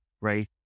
right